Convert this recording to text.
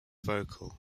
vocal